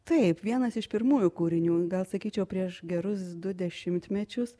taip vienas iš pirmųjų kūrinių gal sakyčiau prieš gerus du dešimtmečius